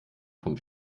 vom